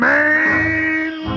Man